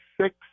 six